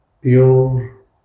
pure